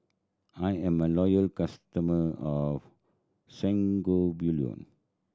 I am a loyal customer of Sangobion